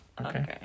Okay